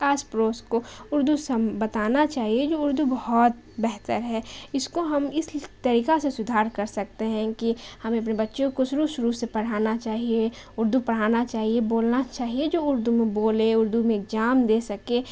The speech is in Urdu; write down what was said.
آس پڑوس کو اردو س بتانا چاہیے جو اردو بہت بہتر ہے اس کو ہم اس طریقہ سے سدھار کر سکتے ہیں کہ ہمیں اپنے بچوں کو سروع شروع سے پڑھانا چاہیے اردو پڑھانا چاہیے بولنا چاہیے جو اردو میں بولے اردو میں اگزام دے سکے